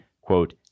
quote